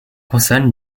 consonnes